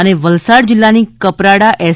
અને વલસાડ જિલ્લાની કપરાડા એસ